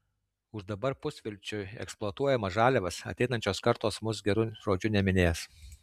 už dabar pusvelčiui eksploatuojamas žaliavas ateinančios kartos mus geru žodžiu neminės